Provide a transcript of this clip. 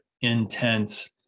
intense